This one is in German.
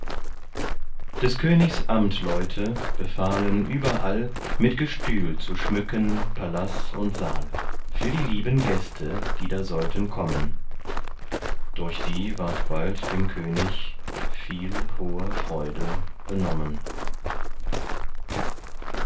des königs amtleute befahlen überall mit gestühl zu schmücken pallas und saal für die lieben gäste die da sollten kommen durch die ward bald dem könig viel hoher freude benommen